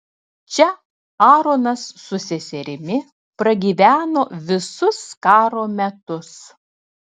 čia aaronas su seserimi pragyveno visus karo metus